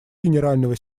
генерального